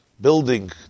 Building